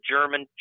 German